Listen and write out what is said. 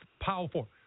powerful